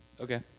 Okay